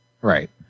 Right